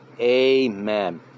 Amen